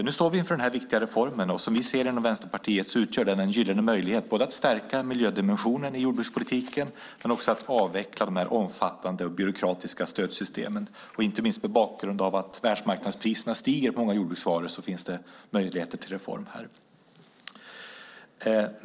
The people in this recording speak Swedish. Vi står inför denna viktiga reform, och som vi ser det inom Vänsterpartiet utgör den en gyllene möjlighet både att stärka miljödimensionen i jordbrukspolitiken och att avveckla avverka de omfattande och byråkratiska stödsystemen. Inte minst mot bakgrund av att världsmarknadspriserna stiger på många jordbruksvaror finns det möjlighet för reform här.